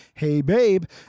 HEYBABE